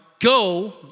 go